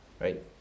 right